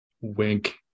Wink